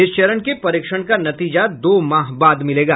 इस चरण के परीक्षण का नतीजा दो माह बाद मिलेगा